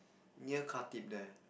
near Khatib there